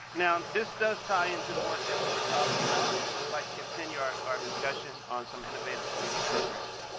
now, this does tie into the work that we were talking about, so we'd like to continue our our discussion on some innovative community programs.